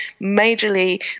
majorly